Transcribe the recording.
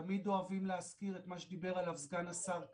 תמיד אוהבים להזכיר את מה שדיבר עליו סגן השר קארה,